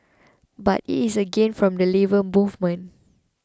but it is a gain for the Labour Movement